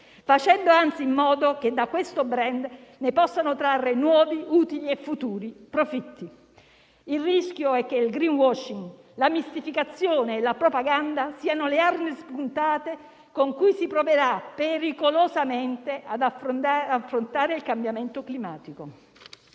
facendo anzi in modo di trarre da questo *brand* nuovi utili e futuri profitti. Il rischio è che il *greenwashing*, la mistificazione e la propaganda siano le armi spuntate con cui si proverà pericolosamente ad affrontare il cambiamento climatico.